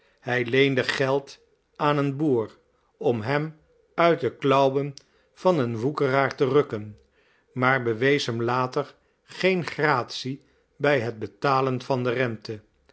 hij leende geld aan een boer om hem uit de klauwen van een woekeraar te rukken maar bewees hem later geen gratie bij het betalen van de rente